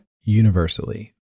universally